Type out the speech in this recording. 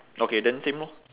okay then same lor